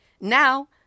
Now